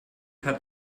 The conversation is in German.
hat